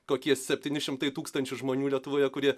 kokie septyni šimtai tūkstančių žmonių lietuvoje kurie